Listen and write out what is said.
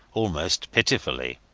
almost pitifully.